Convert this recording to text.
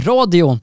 Radio